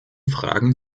fragen